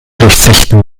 durchzechten